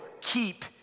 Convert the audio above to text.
keep